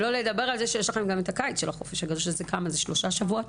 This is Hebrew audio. שלא לדבר שיש לכם גם את הקיץ של החופש הגדול שזה שלושה שבועות.